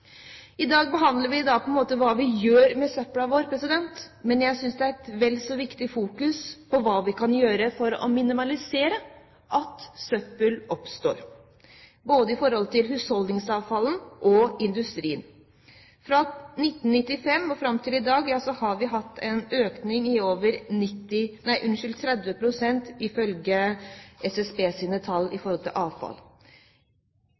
I dag behandler vi på en måte hva vi gjør med søpla vår, men jeg synes det er vel så viktig at vi fokuserer på hva vi kan gjøre for å minimalisere at søppel oppstår, både når det gjelder husholdningsavfall og industriavfall. Fra 1995 og fram til i dag har, ifølge Statistisk sentralbyrås tall, årlig avfallsmengde økt med over